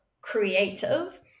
creative